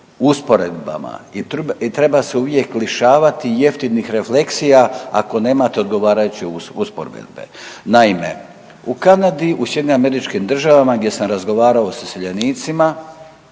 usporedbama i treba se uvijek lišavati jeftinih refleksija ako nemate odgovarajuće usporedbe. Naime, u Kanadi u SAD-u gdje sam razgovarao s iseljenicama,